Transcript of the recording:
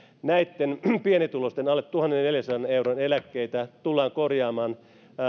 pienituloisten alle tuhannenneljänsadan euron eläkkeitä tullaan korjaamaan